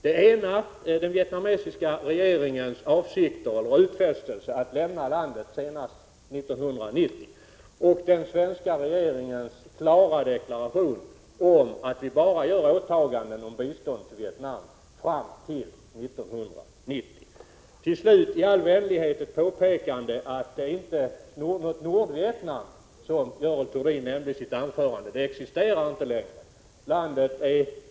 Det ena är den vietnamesiska regeringens utfästelse att lämna landet senast 1990, och det andra är den svenska regeringens klara deklaration att Sverige bara fullgör åtaganden om bistånd till Vietnam fram till 1990. Slutligen vill jag i all vänlighet göra det påpekandet att Nordvietnam, som Görel Thurdin nämnde i sitt anförande, inte längre existerar.